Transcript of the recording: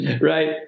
right